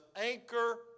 anchor